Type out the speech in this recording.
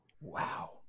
Wow